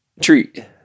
treat